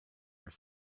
are